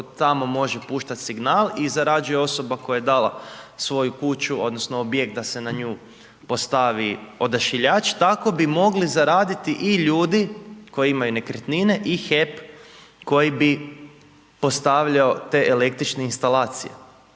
tamo može puštati signal i zarađuje osoba koja je dala svoju kuću, odnosno objekt da se na nju postavi odašiljač tako bi mogli zaraditi i ljudi koji imaju nekretnine i HEP koji bi postavljao te električne instalacije.